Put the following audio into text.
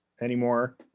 anymore